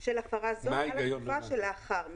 של הפרה זו על התקופה שלאחר מכן."